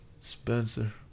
Spencer